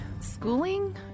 schooling